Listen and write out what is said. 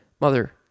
Mother